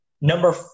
number